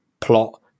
plot